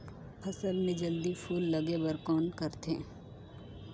फसल मे जल्दी फूल लगे बर कौन करथे?